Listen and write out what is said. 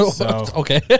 Okay